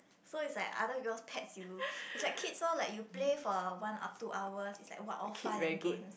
so it's like other girl's pets you it's like kids lor like you play for one or two hour !wah! it's like all fun and games